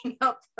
up